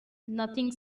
nothing